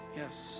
yes